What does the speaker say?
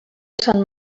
sant